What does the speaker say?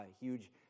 huge